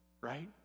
right